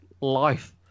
life